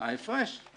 ההפרש.